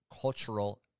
cultural